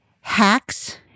Hacks